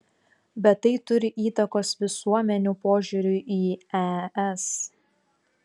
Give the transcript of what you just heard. bet tai turi įtakos visuomenių požiūriui į es